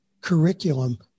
curriculum